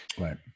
right